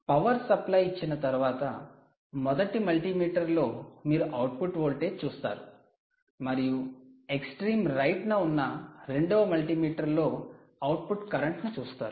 power supply ఇచ్చిన తర్వాత మొదటి మల్టీమీటర్లో మీరు అవుట్పుట్ వోల్టేజ్ చూస్తారు మరియు ఎక్స్ట్రీమ్ రైట్ న ఉన్న రెండవ మల్టిమీటర్ లో అవుట్పుట్ కరెంట్ ను చూస్తారు